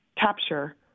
capture